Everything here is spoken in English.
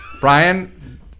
Brian